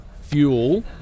fuel